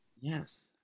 Yes